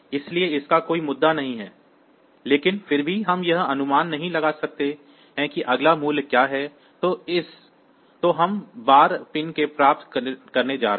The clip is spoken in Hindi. इसलिए इसका कोई मुद्दा नहीं है लेकिन फिर भी हम यह अनुमान नहीं लगा सकते हैं कि अगला मूल्य क्या है जो हम बाहर पिन से प्राप्त करने जा रहे हैं